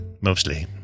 Mostly